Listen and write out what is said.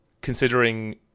considering